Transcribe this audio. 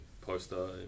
poster